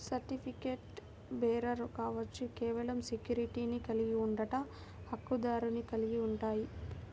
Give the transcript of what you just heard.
సర్టిఫికెట్లుబేరర్ కావచ్చు, కేవలం సెక్యూరిటీని కలిగి ఉండట, హక్కుదారుని కలిగి ఉంటాయి,